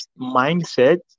mindset